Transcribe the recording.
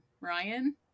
Ryan